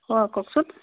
অ কওকচোন